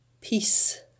Peace